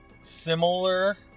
similar